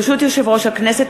ברשות יושב-ראש הכנסת,